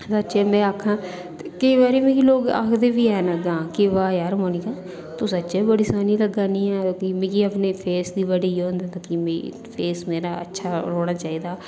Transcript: सच्चे में आक्खां केईं बारी मिगी लोग आखदे बी हैन कि बाह् यार मोनिका तूं सच्चे बड़ी सोहनी लग्गै करनी ऐ ते मिगी अपने फेस दी बड़ी ओह् होंदा कि मीं फेस मेरा अच्छा रौह्ना चाहिदा